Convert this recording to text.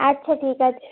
আচ্ছা ঠিক আছে